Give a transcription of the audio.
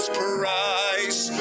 price